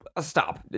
Stop